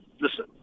Listen